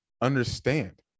understand